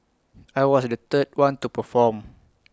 I was the third one to perform